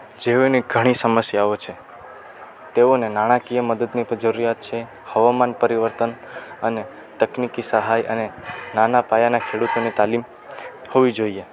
જેઓને ઘણી સમસ્યાઓ છે તેઓને નાણાકીય મદદની તો જરૂરિયાત છે હવામાન પરિવર્તન અને તકનીકી સહાય અને નાના પાયાનાં ખેડૂતોની તાલીમ હોવી જોઈએ